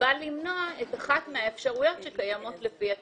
בא למנוע את אחת מן האפשרויות שקיימות לפי התקן.